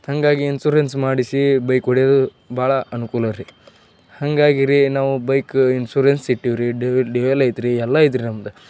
ಹಾಗಾಗಿ ಇನ್ಸುರೆನ್ಸ್ ಮಾಡಿಸಿ ಬೈಕ್ ಹೊಡಿಯೋದು ಭಾಳ ಅನುಕೂಲರಿ ಹಾಗಾಗಿ ರಿ ನಾವು ಬೈಕು ಇನ್ಸುರೆನ್ಸ್ ಇಟ್ಟೀವಿ ರೀ ಡಿ ಎಲ್ ಐತ್ರಿ ಎಲ್ಲ ಐತ್ರಿ ನಮ್ಮದು